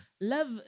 love